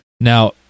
Now